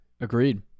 Agreed